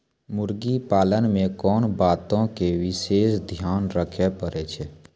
मुर्गी पालन मे कोंन बातो के विशेष ध्यान रखे पड़ै छै?